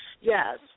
Yes